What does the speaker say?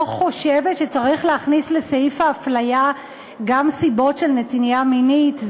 לא חושבת שצריך להכניס לסעיף ההפליה גם סיבות של נטייה מינית,